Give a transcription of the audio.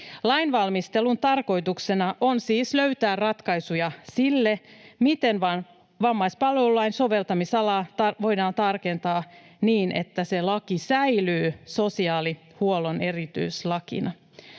Lainvalmistelun tarkoituksena on siis löytää ratkaisuja sille, miten vammaispalvelulain soveltamisalaa voidaan tarkentaa niin, että se laki säilyy sosiaalihuollon erityislakina.